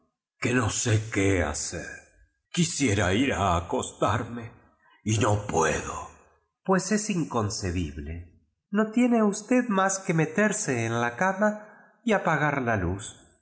que no sé qué hacer quisiera ir a acostarme y no puedo pues es inconcebible no tiene usted más que meterse en la cama y apagar la lux